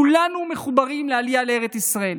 כולנו מחוברים לעלייה לארץ ישראל.